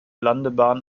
landebahn